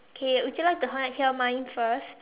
okay would you like to h~ hear mine first